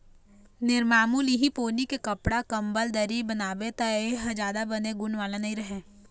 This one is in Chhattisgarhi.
निरमामुल इहीं पोनी के कपड़ा, कंबल, दरी बनाबे त ए ह जादा बने गुन वाला नइ रहय